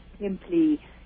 simply